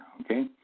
Okay